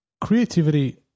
Creativity